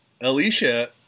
Alicia